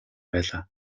байлаа